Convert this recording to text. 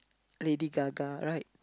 Lady-Gaga right